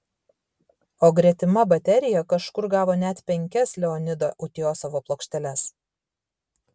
o gretima baterija kažkur gavo net penkias leonido utiosovo plokšteles